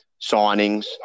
signings